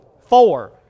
Four